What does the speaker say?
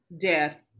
death